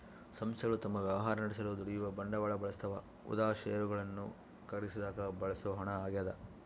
ಸಂಸ್ಥೆಗಳು ತಮ್ಮ ವ್ಯವಹಾರ ನಡೆಸಲು ದುಡಿಯುವ ಬಂಡವಾಳ ಬಳಸ್ತವ ಉದಾ ಷೇರುಗಳನ್ನು ಖರೀದಿಸಾಕ ಬಳಸೋ ಹಣ ಆಗ್ಯದ